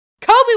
Kobe